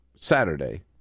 Saturday